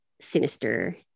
sinister